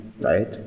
right